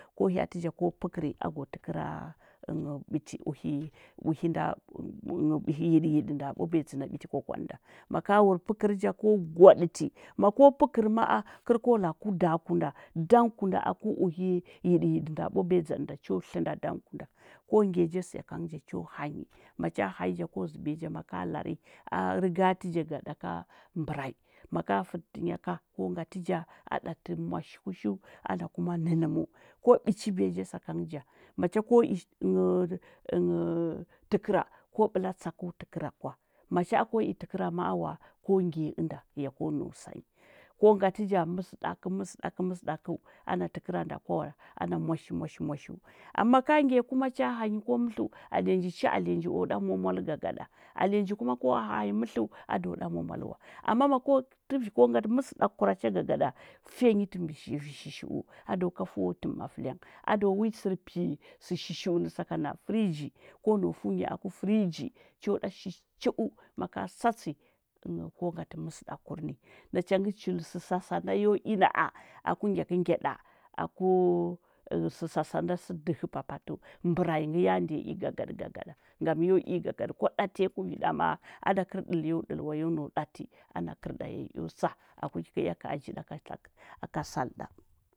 Ko hya’ati ja ko pəkəri a gwatə kəra ɓiti uhi yidə yidə nda bwaɓiya ɗzaɗə na ɓiti kwakwaɗə nda, mako pəkən ja ko gwadəti, mako pəkəri ma’a kər ko laa kuɗaku nda, ɗanku nɗa aku uhi yida yiɗə nɗa bwaɓiya dzadə nda cho tl ənɗa ɗanku nda ko ngyanyi ja sakangə cha hanyi macha hanyi ja ko zəbiya ja maka lari a riga ti ga daka mbərai, maka fətə tə nya ka, ko ngati ja a dati mwashi kushu ana kuma nənəməu ko ɓəchiɓiya ja sakangə ja macha ko i takəra ko bela tsakəu təkera kwa macha a ko i təkəra ma’a wa, ko ngyani ənga ya ko nau sanyi, ko ngati ja məsədak məsədakə məsədakəu ana təkəra nɗa kw awa ana mwash mwash mwashiu ama maka ngyanyi kuma cha hanyi ko mətləu alinya nji, cha alinya nji cho ɗa mwamwalə gagada ali nya ji kuma ko hanyi mətləu aɗo ɗa mwamwalə wa ama mako tiɗi ko ngatə məsə dakə kuracha gagada, fuya nyi tə vi shi shi’u ada ka fəu təm mafəluang, ad awa wi sər pi sə shishi’u nə sakanə na fəriji ko nau fəu nyi aku fəriji cho da shish’u maka satsi ko ngatə məsədaka kur ni nachangə chull sə sasa nda yo i na’a aku ngyakəngyada aku sə sasa nda sə dəhə papatəu, mɓərai nə ya ndiya i gagadə gagada, ngam yo inyi gagada kwa dati yak u vi da ma ada kər dəl yo dəl way o nau dati ana kərda ya eo sa aku ki kə ea ka aji da ka sal da.